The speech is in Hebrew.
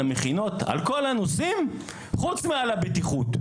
כל הנושאים במכינות חוץ מעל הבטיחות".